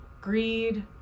greed